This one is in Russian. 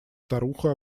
старуха